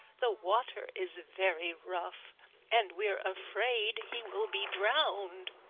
the water is very rough and we're afraid he will be drowned.